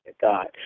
God